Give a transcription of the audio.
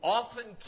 often